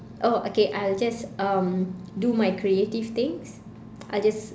oh okay I'll just um do my creative things I'll just